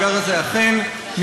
אני רק, המאגר הזה אכן מיותר.